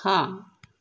ਹਾਂ